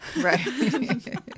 Right